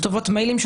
כתובות מיילים.